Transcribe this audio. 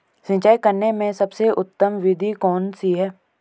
सिंचाई करने में सबसे उत्तम विधि कौन सी है?